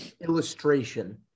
illustration